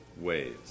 ways